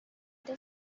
that